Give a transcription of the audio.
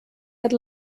had